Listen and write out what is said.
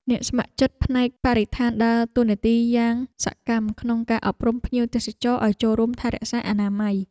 អ្នកស្ម័គ្រចិត្តផ្នែកបរិស្ថានដើរតួនាទីយ៉ាងសកម្មក្នុងការអប់រំភ្ញៀវទេសចរឱ្យចូលរួមថែរក្សាអនាម័យ។